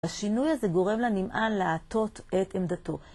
השינוי הזה גורם לנמען לעטות את עמדתו.